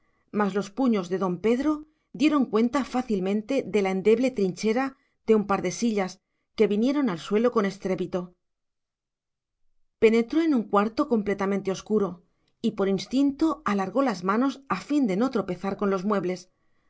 mas los puños de don pedro dieron cuenta fácilmente de la endeble trinchera de un par de sillas que vinieron al suelo con estrépito penetró en un cuarto completamente oscuro y por instinto alargó las manos a fin de no tropezar con los muebles